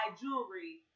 jewelry